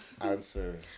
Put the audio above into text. answer